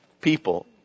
people